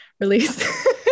release